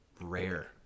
rare